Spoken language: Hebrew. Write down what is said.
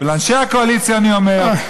ולאנשי הקואליציה אני אומר,